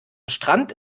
strand